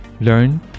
learn